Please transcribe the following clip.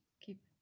keep